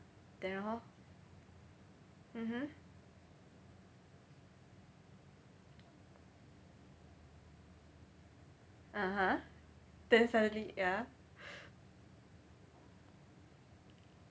then how mmhmm (uh huh) then suddenly ya